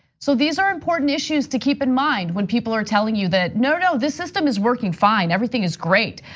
so these are important issues to keep in mind when people are telling you that, no, no, the system is working fine, everything is great.